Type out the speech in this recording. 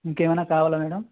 ఇంకేమన్నా కావాలా మేడమ్